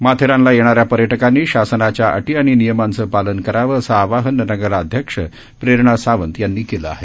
माथेरानला येणाऱ्या पर्यटकांनी शासनाच्या अटी आणि नियमांचं पालन करावं असं आवाहन नगराध्यक्ष प्रेरणा सावंत यांनी केलं आहे